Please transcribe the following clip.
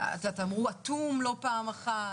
אמרו אטום לא פעם אחת,